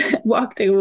walked